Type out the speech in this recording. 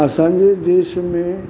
असांजे देश में